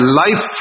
life